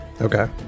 Okay